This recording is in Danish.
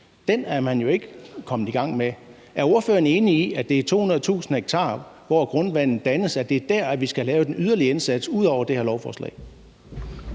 er man jo ikke kommet i gang med. Er ordføreren enig i, at det er i forhold til de 200.000 hektarer, hvor grundvandet dannes, vi skal have gjort en yderligere indsats ud over det her lovforslag?